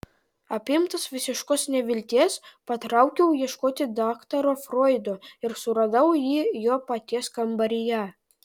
apimtas visiškos nevilties patraukiau ieškoti daktaro froido ir suradau jį jo paties kambaryje